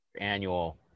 annual